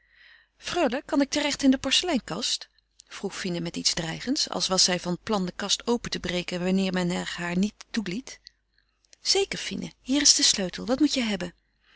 freule kan ik terecht in de porceleinkast vroeg fine met iets dreigends als was zij van plan de kast open te breken wanneer men er haar niet toeliet zeker fine hier is de sleutel wat moet je hebben